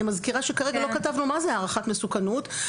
אני מזכירה שכרגע לא כתבנו מה זה הערכת מסוכנות,